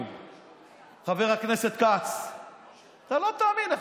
בבקשה, אדוני.